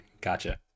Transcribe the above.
gotcha